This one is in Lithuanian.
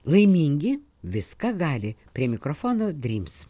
laimingi viską gali prie mikrofono dryms